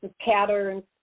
patterns